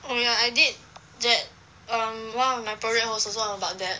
oh ya I did that um one of my project was also about that